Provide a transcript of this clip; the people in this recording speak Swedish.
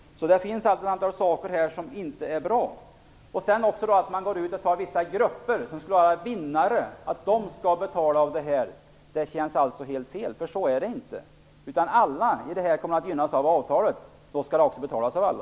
Det finns ett antal saker som inte är bra. Sedan skall vissa grupper som skall vara vinnare betala detta. Det känns helt fel. Så är det inte. Alla kommer att gynnas av avtalet, och då skall alla betala.